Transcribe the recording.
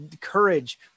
courage